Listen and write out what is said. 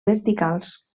verticals